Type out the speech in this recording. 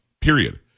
period